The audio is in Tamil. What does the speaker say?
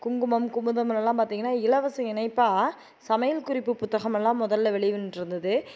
குங்குமம் குமுதம்லலாம் பார்த்தீங்கன்னா இலவச இணைப்பாக சமையல் குறிப்பு புத்தகமெல்லாம் முதல்ல வெளி வந்துட்டுருந்துது